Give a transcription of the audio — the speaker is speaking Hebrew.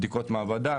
בדיקות מעבדה,